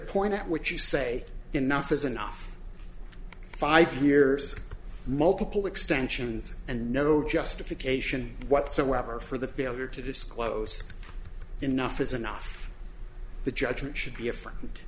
point at which you say enough is enough five years multiple extensions and no justification whatsoever for the failure to disclose enough is enough the judgment should be